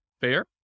fair